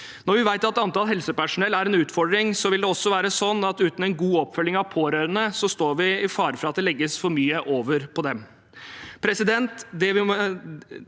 Når vi vet at antall helsepersonell er en utfordring, vil det også være slik at uten en god oppfølging av pårørende står vi i fare for at det legges for mye over på dem.